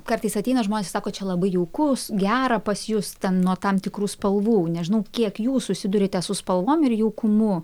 kartais ateina žmonės ir sako čia labai jaukus gera pas jus ten nuo tam tikrų spalvų nežinau kiek jūs susiduriate su spalvom ir jaukumu